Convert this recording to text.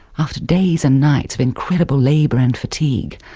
after days and nights of incredible labour and fatigue,